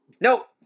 No